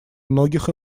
многих